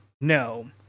no